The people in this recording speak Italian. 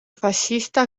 fascista